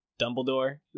Dumbledore